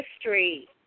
history